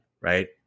right